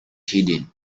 hidden